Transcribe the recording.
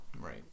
Right